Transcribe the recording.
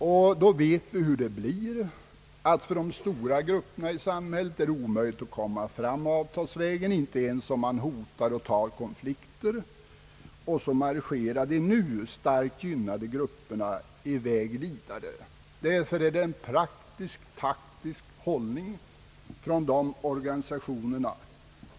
Och då vet vi hur det blir, ty för de stora grupperna i samhället är det omöjligt att komma fram avtalsvägen, inte ens om man hotar med och tar konflikter, och då marscherar de redan nu starkt gynnade grupperna i väg ifrån.